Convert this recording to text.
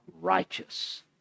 righteous